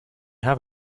have